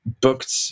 booked